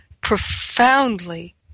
profoundly